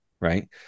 Right